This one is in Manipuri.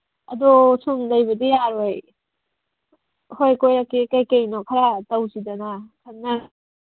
ꯑꯗꯣ ꯁꯨꯝ ꯂꯩꯕꯗꯤ ꯌꯥꯔꯣꯏ ꯍꯣꯏ ꯀꯣꯏꯔꯛꯀꯦ ꯀꯩꯀꯩꯅꯣ ꯈꯔ ꯇꯧꯁꯤꯗꯅ ꯈꯟꯅꯁꯦ